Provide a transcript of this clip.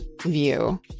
view